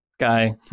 Guy